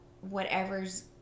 whatever's